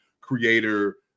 creator